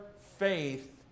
faith